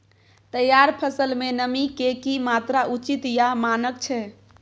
तैयार फसल में नमी के की मात्रा उचित या मानक छै?